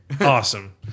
awesome